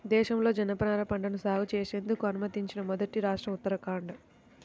దేశంలో జనపనార పంటను సాగు చేసేందుకు అనుమతించిన మొదటి రాష్ట్రం ఉత్తరాఖండ్